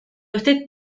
usted